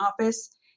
office